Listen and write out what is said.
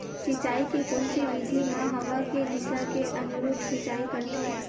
सिंचाई के कोन से विधि म हवा के दिशा के अनुरूप सिंचाई करथे?